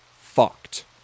fucked